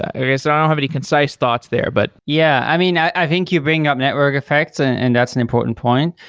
i yeah so i don't have any concise thoughts there, but yeah, i mean, i think you bring up network effects and and that's an important point.